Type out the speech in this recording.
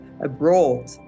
abroad